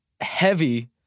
heavy